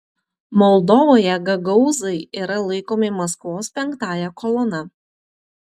moldovoje gagaūzai yra laikomi maskvos penktąja kolona